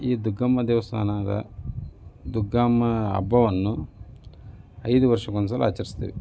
ಈ ದುಗ್ಗಮ್ಮ ದೇವಸ್ಥಾನದ ದುಗ್ಗಮ್ಮ ಹಬ್ಬವನ್ನು ಐದು ವರ್ಷಕ್ಕೊಂದ್ಸಲ ಆಚರಿಸ್ತೀವಿ